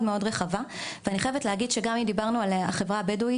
מאוד רחבה ואני חייבת להגיד שגם אם דיברנו על החברה הבדואית,